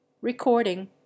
Recording